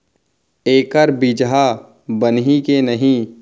एखर बीजहा बनही के नहीं?